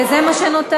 וזה מה שנותר.